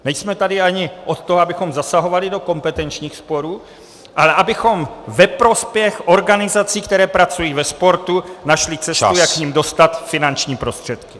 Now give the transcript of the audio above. Nejsme tady ani od toho, abychom zasahovali do kompetenčních sporů, ale abychom ve prospěch organizací, které pracují ve sportu, našli cestu, jak k nim dostat finanční prostředky.